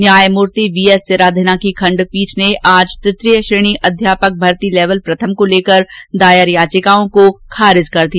न्यायमूर्ति V S Siradhana की खंडपीठ ने आज तृतीय श्रेणी अध्यापक भर्ती लेवल प्रथम को लेकर दायर याचिकाओं का खारिज कर दिया